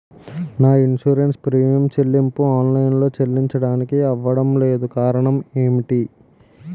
నా insurance premium చెల్లింపు online లో చెల్లించడానికి అవ్వడం లేదు కారణం ఏమిటి?